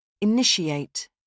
Initiate